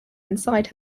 inside